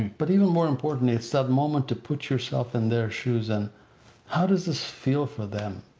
but even more importantly, it's that moment to put yourself in their shoes and how does this feel for them?